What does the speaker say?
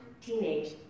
teenage